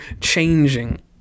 changing